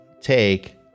take